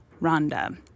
Rhonda